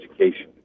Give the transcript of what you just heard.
education